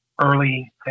early